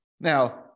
Now